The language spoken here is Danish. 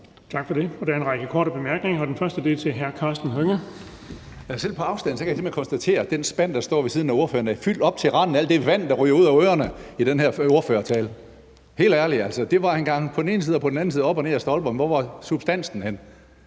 Tak for det. Der er en række korte bemærkninger, og den første er fra hr. Karsten Hønge. Kl. 15:07 Karsten Hønge (SF): Selv på afstand kan jeg konstatere, at den spand, der står ved siden af ordføreren, er fyldt op til randen af alt det vand, der blev hældt ud af ørerne i den her ordførertale. Helt ærligt vil jeg sige, at det var en gang »på den ene side og på den anden side« og »op og ned ad stolper«. Men hvor var substansen?